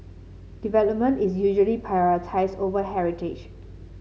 development is usually prioritised over heritage